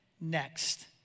next